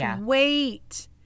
wait